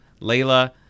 Layla